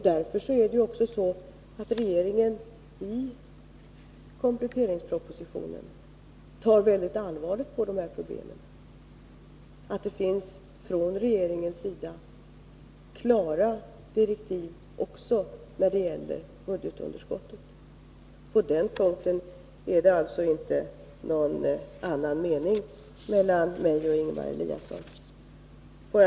Därför tar också regeringen i kompletteringspropositionen mycket allvarligt på detta problem. Det finns ” klara direktiv från regeringen också när det gäller budgetunderskottet. På den punkten råder alltså inte några delade meningar mellan Ingemar Eliasson och mig.